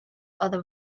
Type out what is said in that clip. other